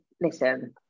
listen